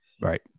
Right